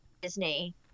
Disney